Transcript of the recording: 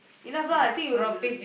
enough lah I think you th~